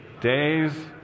Days